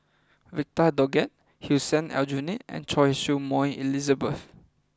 Victor Doggett Hussein Aljunied and Choy Su Moi Elizabeth